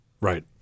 Right